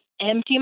empty